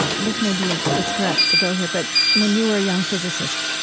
this may be ah a stretch to go here, but when you were a young physicist,